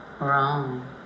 Wrong